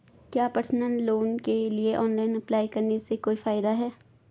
क्या personal loan के लिए ऑनलाइन अप्लाई करने से कोई फायदा है?